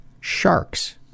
Sharks